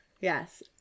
Yes